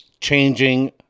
changing